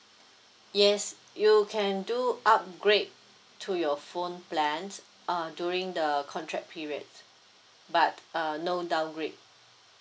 yes you can do upgrade to your phone plans uh during the contract periods but uh no downgrade